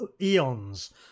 eons